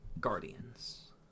Guardians